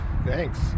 Thanks